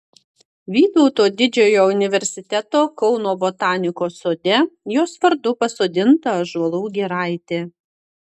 vytauto didžiojo universiteto kauno botanikos sode jos vardu pasodinta ąžuolų giraitė